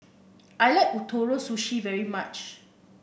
I like Ootoro Sushi very much